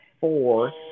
four